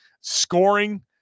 scoring